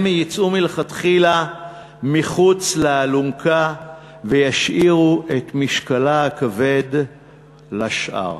יוצאו מלכתחילה מחוץ לאלונקה וישאירו את משקלה הכבד לשאר.